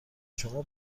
شما